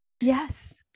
Yes